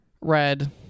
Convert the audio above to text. Red